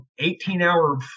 18-hour